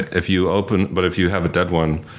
if you open, but if you have a dead one,